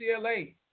UCLA